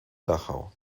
dachau